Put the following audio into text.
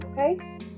Okay